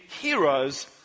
heroes